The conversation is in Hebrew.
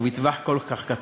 ובטווח כל כך קצר.